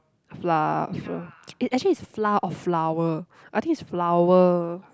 flour f~ eh actually it's flour or flower I think it's flower